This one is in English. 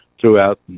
throughout